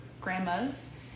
grandmas